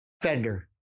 Fender